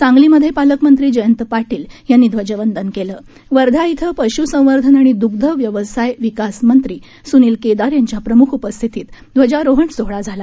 सांगलीमध्ये पालकमंत्री जयंत पाटील यांनी ध्वजवंदन केलं वर्धा इथं पश्संवर्धन आणि दुग्ध व्यवसाय विकास मंत्री सुनील केदार यांच्या प्रमुख उपस्थितीत ध्वजारोहण सोहळा झाला